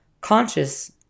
conscious